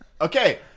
Okay